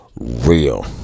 real